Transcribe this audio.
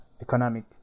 economic